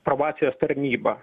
probacijos tarnybą